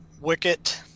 Wicket